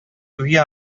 үги